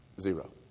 Zero